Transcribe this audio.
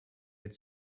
had